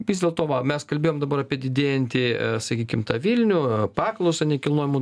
vis dėlto va mes kalbėjom dabar apie didėjantį sakykim tą vilnių paklausą nekilnojamo